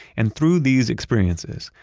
and through these experiences,